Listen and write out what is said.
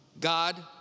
God